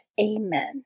Amen